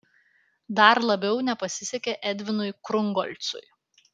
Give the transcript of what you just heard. dar labiau nepasisekė edvinui krungolcui